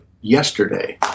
yesterday